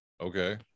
Okay